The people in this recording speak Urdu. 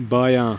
بایاں